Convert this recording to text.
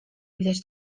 widać